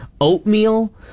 oatmeal